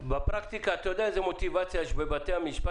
זה ברור שהסמכות האינהרנטית שלו זה לתת רישיון ולקבוע בו תנאים,